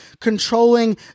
controlling